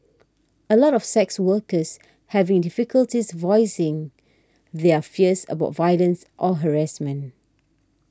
a lot of sex workers having difficulties voicing their fears about violence or harassment